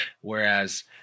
Whereas